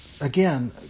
again